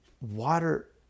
water